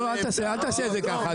אל תעשה את זה ככה,